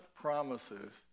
promises